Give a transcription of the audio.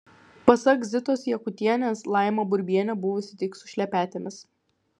pasak zitos jakutienės laima burbienė buvusi tik su šlepetėmis